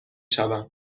شوم